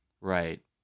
Right